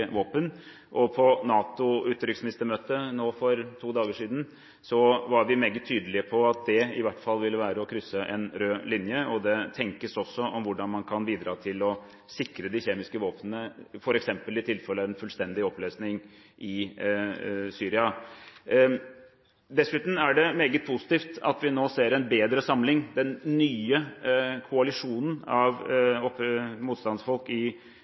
våpen. På NATOs utenriksministermøte nå for to dager siden var vi meget tydelige på at det i hvert fall ville være å krysse en rød linje, og det tenkes også på hvordan man kan bidra til å sikre de kjemiske våpnene, f.eks. i tilfelle en fullstendig oppløsning i Syria. Dessuten er det meget positivt at vi nå ser en bedre samling. Den nye koalisjonen av motstandsfolk i